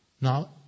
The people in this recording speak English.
Now